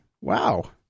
Wow